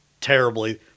terribly